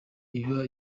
iba